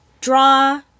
draw